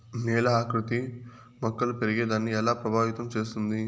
నేల ఆకృతి మొక్కలు పెరిగేదాన్ని ఎలా ప్రభావితం చేస్తుంది?